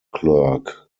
clerk